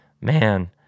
man